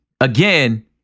Again